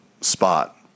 spot